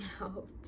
out